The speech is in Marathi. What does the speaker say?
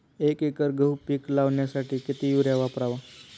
एक एकर गहू पीक लावण्यासाठी किती युरिया वापरावा?